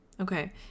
Okay